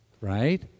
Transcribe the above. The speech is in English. right